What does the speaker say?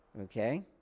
Okay